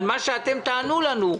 על מה שאתם תענו לנו.